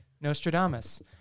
Nostradamus